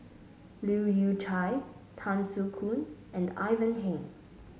Leu Yew Chye Tan Soo Khoon and Ivan Heng